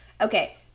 Okay